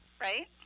right